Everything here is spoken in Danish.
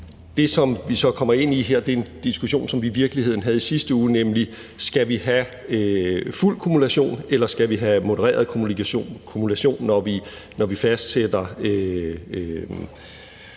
Det, som vi så kommer ind i her, er en diskussion, som vi i virkeligheden havde i sidste uge, nemlig om vi skal have fuld kumulation eller modereret kumulation, når vi fastsætter